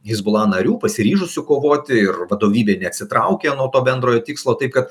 hezbollah narių pasiryžusių kovoti ir vadovybė neatsitraukia nuo to bendrojo tikslo tai kad